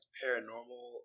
paranormal